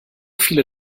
viele